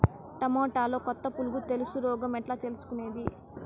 టమోటాలో కొత్త పులుగు తెలుసు రోగం ఎట్లా తెలుసుకునేది?